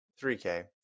3K